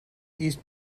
east